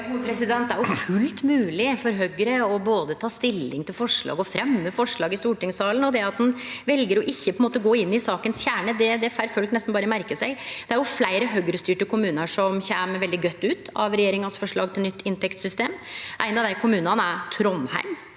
Det er fullt mogleg for Høgre både å ta stilling til forslag og fremje forslag i stortingssalen, og det at ein vel å ikkje gå inn i kjernen av saka, får folk nesten berre merke seg. Det er jo fleire Høgre-styrte kommunar som kjem veldig godt ut av regjeringas forslag til nytt inntektssystem. Ein av dei kommunane er Trondheim.